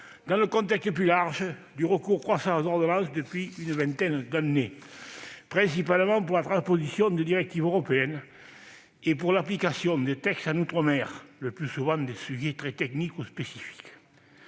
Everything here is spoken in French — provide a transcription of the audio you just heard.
-dans le contexte plus large du recours croissant aux ordonnances depuis une vingtaine d'années, principalement pour la transposition de directives européennes et pour l'application de textes en outre-mer, le plus souvent des sujets très techniques ou spécifiques.